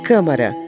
Câmara